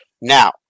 Now